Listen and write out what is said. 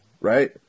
right